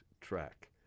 track